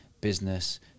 business